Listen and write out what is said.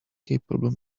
capable